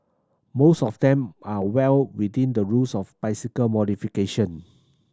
most of them are well within the rules of bicycle modification